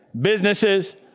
businesses